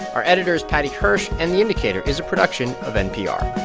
our editor is paddy hirsch, and the indicator is a production of npr